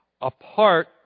apart